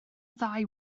ddau